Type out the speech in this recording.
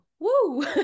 woo